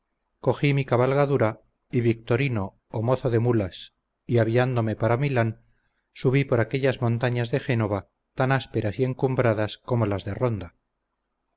cogí mi cabalgadura y victorino o mozo de mulas y aviándome para milán subí por aquellas montañas de génova tan ásperas y encumbradas como las de ronda